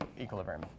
equilibrium